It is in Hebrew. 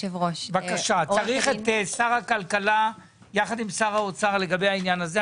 צריך את שר הכלכלה יחד עם שר האוצר לגבי העניין הזה.